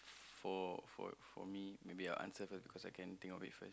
for for for me maybe I'll answer first because I can think of it first